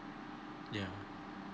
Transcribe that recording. yeah